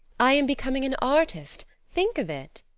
i am becoming an artist. think of it!